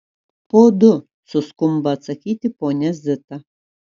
po du suskumba atsakyti ponia zita